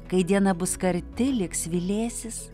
kai diena bus karti lyg svilėsis